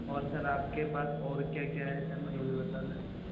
اور سر آپ کے پاس اور کیا کیا ہے سر ہمیں یہ بھی بتا دیں